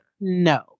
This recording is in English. no